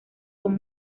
son